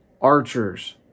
archers